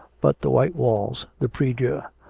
but the white walls, the prie-dieu,